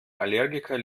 allergiker